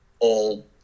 old